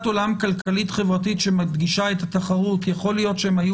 עולם כלכלית חברתית שמדגישה את התחרות יכול להיות שהם היו